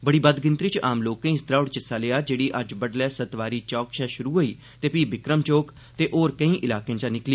बड़ी बद्व गिनतरी च आम लोकें इस द्रौड़ च हिस्सा लेआ जेहड़ी अज्ज बड्डलै सतवारी चौक शा शुरु होई ते पही बिक्रम चौक ते होर केई इलाकें चा निकली